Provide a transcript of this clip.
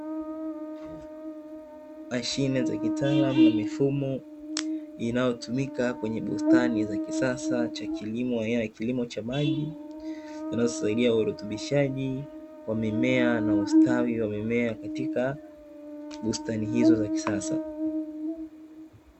Mashine za kitaalamu na mifumo inayotumika kwenye bustani za kisasa cha kilimo, aina ya kilimo cha maji, zinazosaidia urutubishaji wa mimea na ustawi wa mimea katika bustani hizo za kisasa.